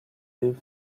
leave